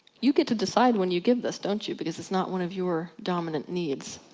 you get to decide when you give this don't you? because it's not one of your dominant needs.